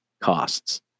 costs